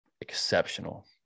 exceptional